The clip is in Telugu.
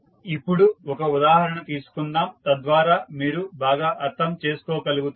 ఇప్పుడు ఒక ఉదాహరణ తీసుకుందాం తద్వారా మీరు బాగా అర్థం చేసుకోగలుగుతారు